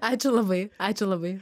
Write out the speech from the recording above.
ačiū labai ačiū labai